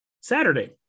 Saturday